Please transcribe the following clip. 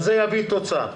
זה יביא תוצאה.